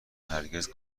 هرگز